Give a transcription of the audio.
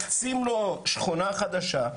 מקצים לו שכונה חדשה,